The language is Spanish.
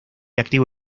activo